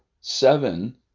seven